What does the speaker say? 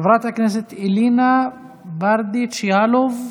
חברת הכנסת אלינה ברדץ' יאלוב,